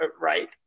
right